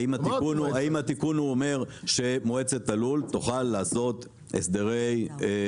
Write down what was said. האם התיקון אומר שמועצת הלול תוכל לעשות הסדרי היתרים?